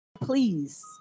please